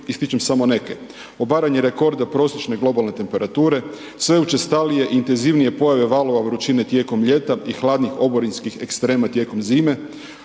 ističem samo neke. Obaranje rekorda prosječne prosječne globalne temperature, sve učestalije i intenzivnije pojave valova vrućine tijekom ljeta i hladnih oborinskih ekstrema tijekom zime,